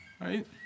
right